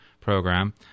program